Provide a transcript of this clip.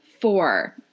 four